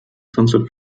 sunset